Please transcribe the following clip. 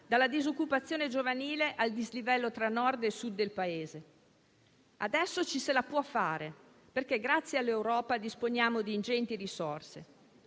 dalla disoccupazione giovanile al dislivello tra Nord e Sud del Paese. Adesso ce la si può fare, perché grazie all'Europa disponiamo di ingenti risorse.